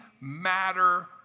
matter